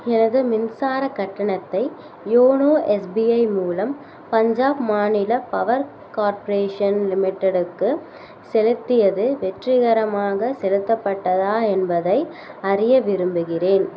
எனது மின்சாரக் கட்டணத்தை யோனோ எஸ்பிஐ மூலம் பஞ்சாப் மாநில பவர் கார்ப்பரேஷன் லிமிட்டெடுக்கு செலுத்தியது வெற்றிகரமாக செலுத்தப்பட்டதா என்பதை அறிய விரும்புகிறேன்